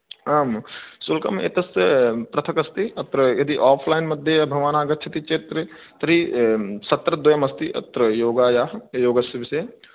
आं शुल्कम् एतस्य पृथक् अस्ति यदि आफ्लैन् मध्ये भवान् आगच्छति चेत् तर्हि सत्रद्वयम् अस्ति अत्र योगायाः योगस्य विषये